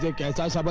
so god sai's but